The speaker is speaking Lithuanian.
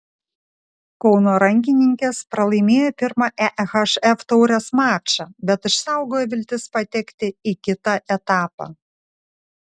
kauno rankininkės pralaimėjo pirmą ehf taurės mačą bet išsaugojo viltis patekti į kitą etapą